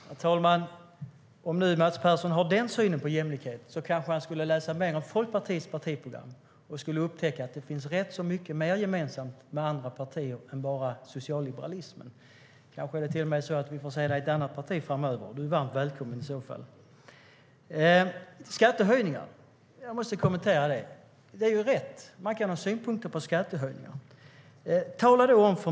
Herr talman! Om nu Mats Persson har den synen på jämlikhet kanske han skulle läsa igenom Folkpartiets partiprogram. Då skulle han upptäcka att det finns rätt mycket mer gemensamt med andra partier än bara socialliberalismen. Vi kanske till och med får se dig i ett annat parti framöver. Du är varmt välkommen i så fall. Jag måste kommentera det här med skattehöjningar. Det är rätt; man kan ha synpunkter på skattehöjningar.